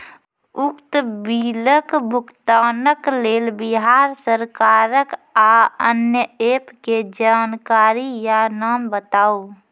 उक्त बिलक भुगतानक लेल बिहार सरकारक आअन्य एप के जानकारी या नाम बताऊ?